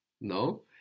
No